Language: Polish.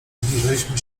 zbliżaliśmy